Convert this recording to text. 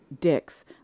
dicks